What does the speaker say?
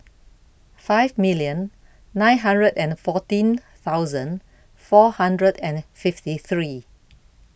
five million nine hundred and fourteen thousand four hundred and fifty three